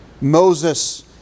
Moses